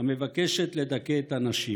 המבקשת לדכא את הנשים.